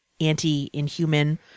anti-inhuman